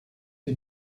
you